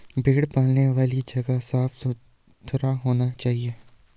भेड़ पालने वाली जगह साफ सुथरा होना चाहिए